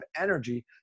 energy